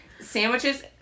sandwiches